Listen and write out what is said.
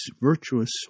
virtuous